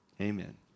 Amen